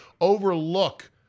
overlook